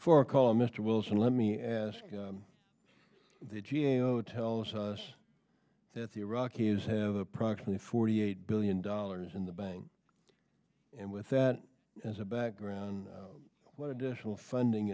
for calling mr wilson let me ask you the g a o tells us that the iraqis have approximately forty eight billion dollars in the bank and with that as a background what additional funding